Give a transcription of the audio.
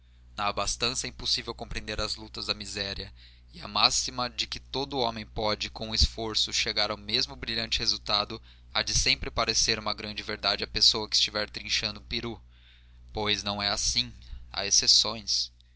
na abastança é impossível compreender as lutas da miséria e a máxima de que todo homem pode com esforço chegar ao mesmo brilhante resultado há de sempre parecer uma grande verdade à pessoa que estiver trinchando um peru pois não é assim há exceções